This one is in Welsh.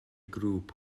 grŵp